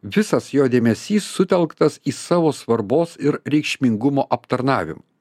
visas jo dėmesys sutelktas į savo svarbos ir reikšmingumo aptarnavim